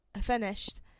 finished